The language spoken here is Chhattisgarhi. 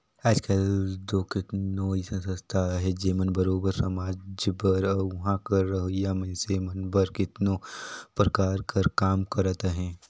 आएज काएल दो केतनो अइसन संस्था अहें जेमन बरोबेर समाज बर अउ उहां कर रहोइया मइनसे मन बर केतनो परकार कर काम करत अहें